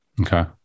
Okay